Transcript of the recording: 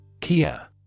Kia